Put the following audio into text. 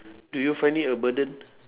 do you find it a burden